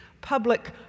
public